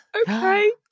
okay